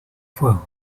fuego